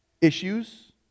issues